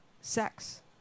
sex